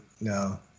No